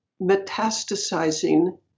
metastasizing